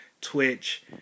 Twitch